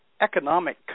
economic